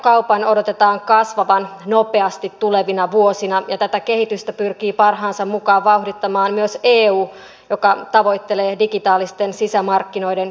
verkkokaupan odotetaan kasvavan nopeasti tulevina vuosina ja tätä kehitystä pyrkii parhaansa mukaan vauhdittamaan myös eu joka tavoittelee digitaalisten sisämarkkinoiden synnyttämistä